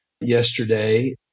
yesterday